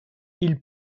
ils